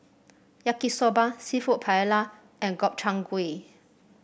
Yaki Soba seafood Paella and Gobchang Gui